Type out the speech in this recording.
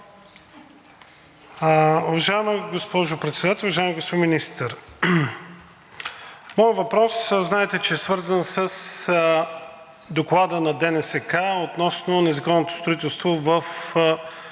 Уважаема госпожо Председател! Уважаеми господин Министър, моят въпрос, знаете, че е свързан с Доклада на ДНСК относно незаконното строителство в